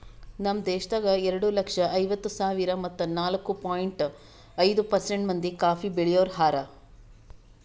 ನಮ್ ದೇಶದಾಗ್ ಎರಡು ಲಕ್ಷ ಐವತ್ತು ಸಾವಿರ ಮತ್ತ ನಾಲ್ಕು ಪಾಯಿಂಟ್ ಐದು ಪರ್ಸೆಂಟ್ ಮಂದಿ ಕಾಫಿ ಬೆಳಿಯೋರು ಹಾರ